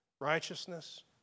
righteousness